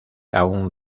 aún